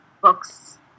books